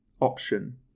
option